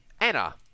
Anna